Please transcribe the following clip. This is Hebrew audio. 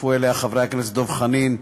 הצטרפו אליה חברי הכנסת דב חנין,